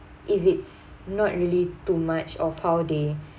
if it's not really too much of how they